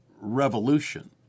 revolution